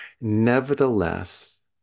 Nevertheless